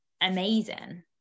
amazing